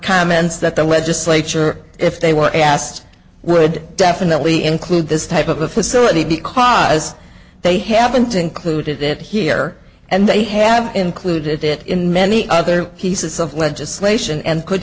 comments that the legislature if they were asked would definitely include this type of a facility because they haven't included it here and they have included it in many other pieces of legislation and could